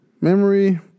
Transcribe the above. memory